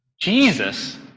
Jesus